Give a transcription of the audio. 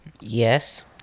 Yes